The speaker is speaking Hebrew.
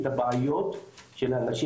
את הבעיות של הנשים,